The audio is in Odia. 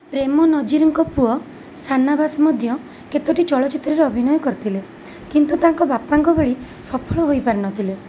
ପ୍ରେମ ନଜିରଙ୍କ ପୁଅ ଶାନାବାସ ମଧ୍ୟ କେତୋଟି ଚଳଚ୍ଚିତ୍ରରେ ଅଭିନୟ କରିଥିଲେ କିନ୍ତୁ ତାଙ୍କ ବାପାଙ୍କ ଭଳି ସଫଳ ହୋଇପାରିନଥିଲେ